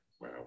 Wow